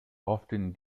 often